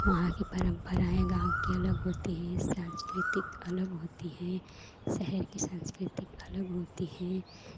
वहाँ की परम्पराएं गाँव की अलग होती है सांस्कृतिक अलग होती है शहर की सांस्कृतिक अलग होती है